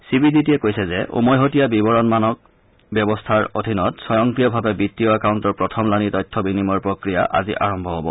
C B D টিয়ে কৈছে যে উমৈহতীয়া বিৱৰণমানক ব্যৱস্থাৰ অধীনত স্বয়ংক্ৰিয়ভাৱে বিত্তীয় একাউণ্টৰ প্ৰথমলানি তথ্য বিনিময়ৰ প্ৰক্ৰিয়া আজি আৰম্ভ হব